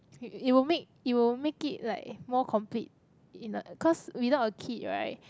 it will make it will make it like more complete in a cause without a kid right